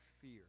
fear